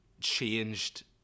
changed